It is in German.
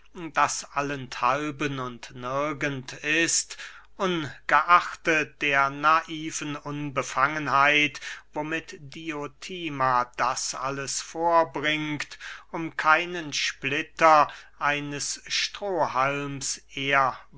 das allenthalben und nirgends ist ungeachtet der naiven unbefangenheit womit diotima das alles vorbringt um keinen splitter eines strohhalms